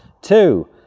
Two